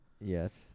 Yes